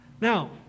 Now